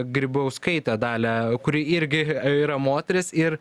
grybauskaitę dalią kuri irgi yra moteris ir